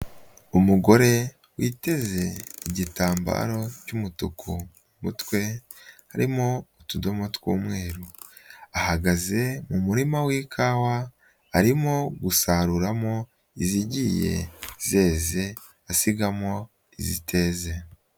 Umugore witeze igitambaro cy'umutuku mu mutwe harimo utudomo tw'umweru, ahagaze mu murima w'ikawa arimo gusaruramo izigiye zeze asigamo iziteze.